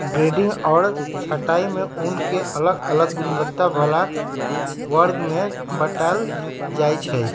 grading आऽ छँटाई में ऊन के अलग अलग गुणवत्ता बला वर्ग में बाटल जाइ छइ